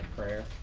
prayer